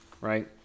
right